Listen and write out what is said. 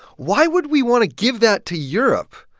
why would we want to give that to europe?